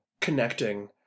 connecting